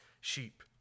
sheep